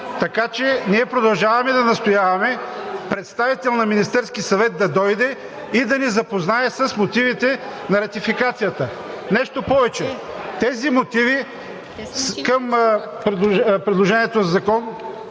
Така че ние продължаваме да настояваме представител на Министерския съвет да дойде и да ни запознае с мотивите на ратификацията. Нещо повече, тези мотиви към предложението за Законопроект